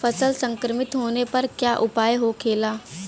फसल संक्रमित होने पर क्या उपाय होखेला?